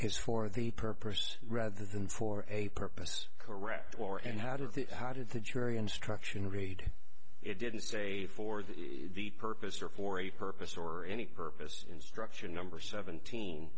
his for the purpose rather than for a purpose correct or and how do the how did the jury instruction read it didn't say for the purpose or for a purpose or any purpose instruction number